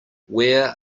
where